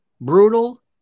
brutal